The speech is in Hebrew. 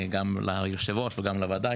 ליושב-ראש ולוועדה.